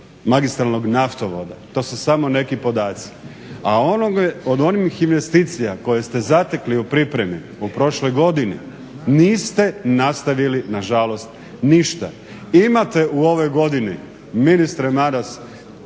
magistralnog naftovoda, to su samo neki podaci. A od onih investicija koje ste zatekli u pripremi u prošloj godini niste nastavili nažalost ništa. Imate u ovoj godini ministre Maras